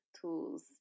tools